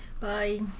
Bye